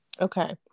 Okay